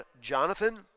Jonathan